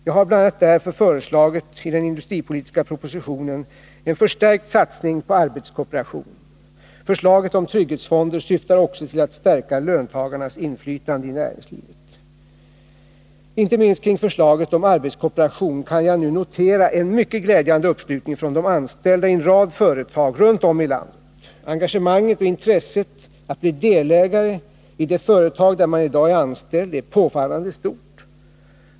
Jag har bl.a. därför föreslagit i den industripolitiska propositionen en förstärkt satsning på arbetskooperation. Förslaget om trygghetsfonder syftar också till att stärka löntagarnas inflytande i näringslivet. Inte minst kring förslaget om arbetskooperation kan jag nu notera en mycket glädjande uppslutning ifrån de anställda i en rad företag runt om i landet. Engagemanget och intresset att bli delägare i det företag där man i dag är anställd är påfallande stort.